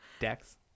Dex